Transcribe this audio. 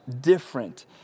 different